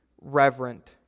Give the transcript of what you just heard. reverent